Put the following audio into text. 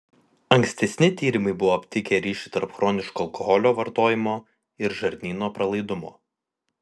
ankstesni tyrimai buvo aptikę ryšį tarp chroniško alkoholio vartojimo ir žarnyno pralaidumo